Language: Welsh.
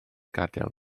gadael